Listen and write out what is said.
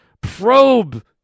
probe